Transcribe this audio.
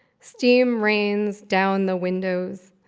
steam rains down the windows.